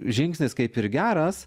žingsnis kaip ir geras